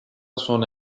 sona